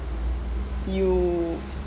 you